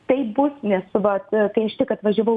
taip bus nes vat tai aš tik atvažiavau